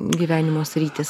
gyvenimo sritys